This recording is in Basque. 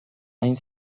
hain